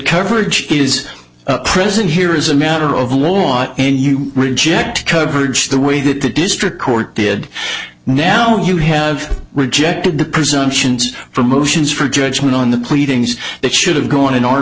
coverage is present here is a matter of law and you reject coverage the way that the district court did now you have rejected the presumptions for motions for judgment on the pleadings that should have gone in our